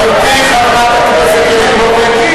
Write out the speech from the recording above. ובכן, רבותי, 61 בעד, 38 נגד,